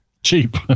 Cheap